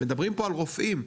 מדברים פה על רופאים,